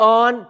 on